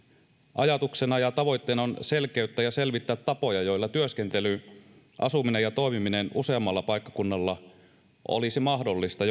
ajatuksena ja tavoitteena on selkeyttää ja selvittää tapoja joilla työskentely asuminen ja toimiminen useammalla paikkakunnalla olisi mahdollista